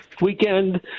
weekend